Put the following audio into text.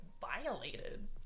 violated